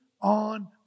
on